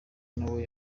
nawe